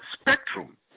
spectrum